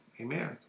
amen